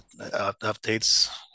updates